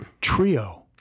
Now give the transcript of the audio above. Trio